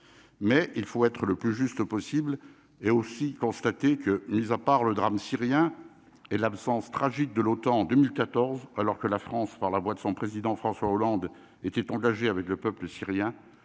mais il faut être le plus juste possible et aussi constaté que mis à part le drame syrien et l'absence tragique de l'OTAN en 2014 alors que la France, par la voix de son président, François Hollande était engagé avec le peuple syrien,